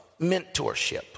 mentorship